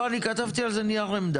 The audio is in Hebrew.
לא, אני כתבתי על זה נייר עמדה.